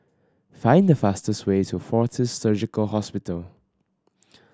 find the fastest way to Fortis Surgical Hospital